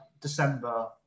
December